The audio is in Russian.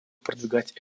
продвигать